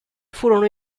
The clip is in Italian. furono